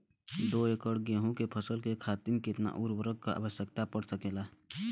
दो एकड़ गेहूँ के फसल के खातीर कितना उर्वरक क आवश्यकता पड़ सकेल?